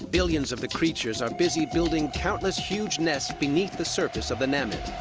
billions of the creatures are busy building countless huge nests beneath the surface of the namib.